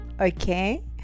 okay